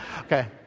Okay